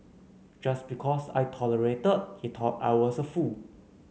just because I tolerated he thought I was a fool